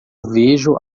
vejo